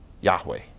Yahweh